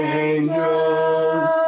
angels